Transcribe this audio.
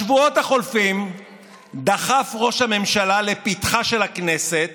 בשבועות החולפים דחף ראש הממשלה לפתחה של הכנסת